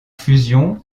fusion